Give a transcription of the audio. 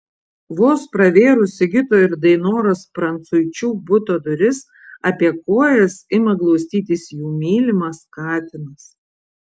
vos pravėrus sigito ir dainoros prancuičių buto duris apie kojas ima glaustytis jų mylimas katinas